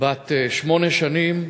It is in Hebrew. בת שמונה שנים,